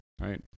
right